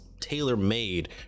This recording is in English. tailor-made